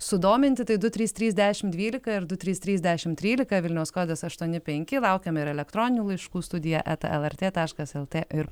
sudominti tai du trys trys dešimt dvylika ir du trys trys dešimt trylika vilniaus kodas aštuoni penki laukiame ir elektroninių laiškų studija eta lrt taškas lt ir